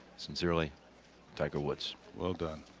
sincerely tiger woods well done.